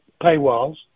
paywalls